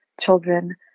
children